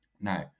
Now